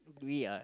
we are